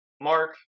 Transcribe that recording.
Mark